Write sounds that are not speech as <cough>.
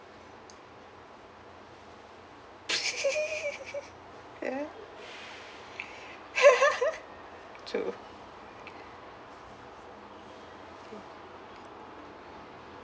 <laughs> ya <laughs> true